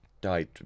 died